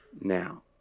now